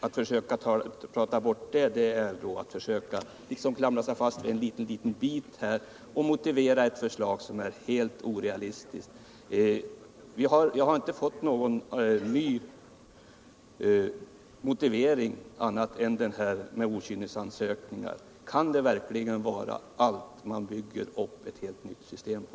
Att försöka prata bort det är att försöka klamra sig fast vid en ytterst liten bit för att motivera ett förslag som är helt orealistiskt. Jag har inte fått någon ny motivering — Britta Bergström talar bara om detta med okynnesansökningar. Kan det verkligen vara allt man bygger upp ett helt nytt system på?